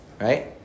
right